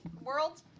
world